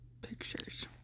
pictures